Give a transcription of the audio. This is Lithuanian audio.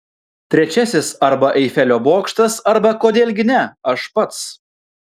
trečiasis arba eifelio bokštas arba kodėl gi ne aš pats